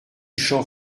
champ